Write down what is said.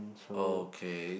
okay